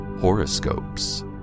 horoscopes